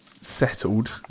settled